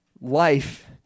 Life